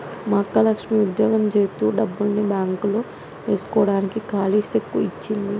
మా అక్క లక్ష్మి ఉద్యోగం జేత్తు డబ్బుల్ని బాంక్ లో ఏస్కోడానికి కాలీ సెక్కు ఇచ్చింది